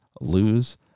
lose